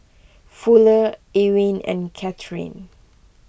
Fuller Ewin and Cathrine